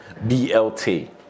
BLT